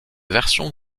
version